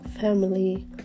Family